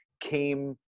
came